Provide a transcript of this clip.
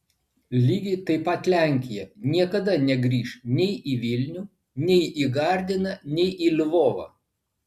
lygiai taip pat lenkija niekada negrįš nei į vilnių nei į gardiną nei į lvovą